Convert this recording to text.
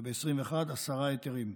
וב-2021, עשרה היתרים.